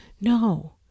No